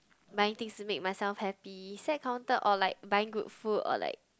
buying things to make myself happy is that counted or like buying good food or like